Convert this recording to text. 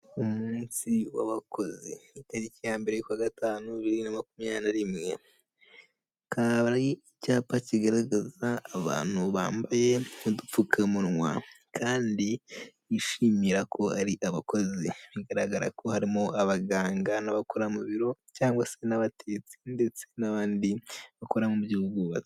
Umunsi w'abakozi. Itariki ya mbere y'ukwezi kwa gatanu, bibiri na makumyabiri na rimwe. Hakaba hari icyapa kigaragaza abantu bambaye udupfukamunwa kandi bishimira ko ari abakozi. Bigaragara ko harimo abaganga n'abakora mu biro cyangwa se n'abategetsi ndetse n'abandi bakora mu by'ubwubatsi.